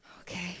Okay